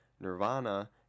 nirvana